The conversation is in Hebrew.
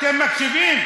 אתם מקשיבים?